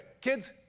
kids